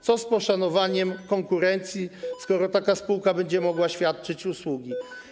Co z poszanowaniem konkurencji, skoro taka spółka będzie mogła świadczyć usługi.